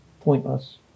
pointless